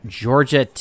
georgia